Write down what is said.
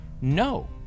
no